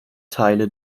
teile